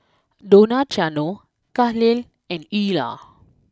Donaciano Kahlil and Eulah